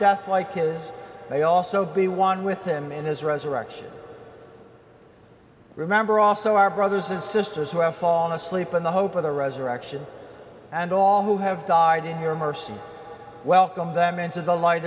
death like his may also be one with him in his resurrection remember also our brothers and sisters who have fall asleep in the hope of the resurrection and all who have died in your mercy welcome them into the light